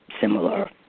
similar